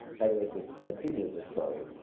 by the way, just continue the story,